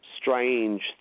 strange